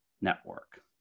Network